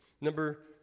Number